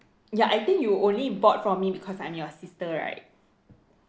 ya I think you only bought from me because I'm your sister right